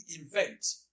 invent